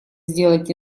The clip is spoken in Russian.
сделать